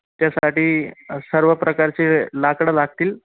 त्यासाठी सर्व प्रकारचे लाकडं लागतील